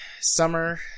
Summer